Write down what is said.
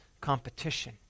Competition